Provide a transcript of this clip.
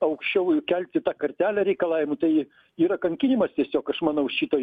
aukščiau ir kelti tą kartelę reikalavimų tai yra kankinimas tiesiog aš manau šito